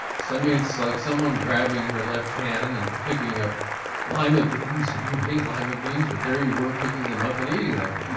so it's like someone grabbing your left hand and picking up lima beans and you hate lima beans but there you were picking them up and eating them.